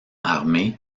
armé